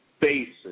basis